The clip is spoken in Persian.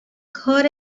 کار